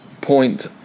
point